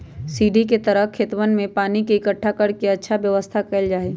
सीढ़ी के तरह खेतवन में पानी के इकट्ठा कर के अच्छा व्यवस्था कइल जाहई